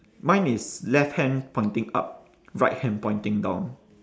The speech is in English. mine is left hand pointing up right hand pointing down